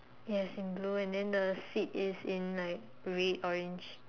yes in blue and then the seed is in like red orange